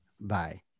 bye